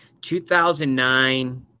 2009